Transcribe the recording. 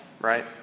right